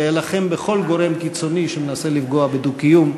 ואלחם בכל גורם קיצוני שמנסה לפגוע בדו-קיום.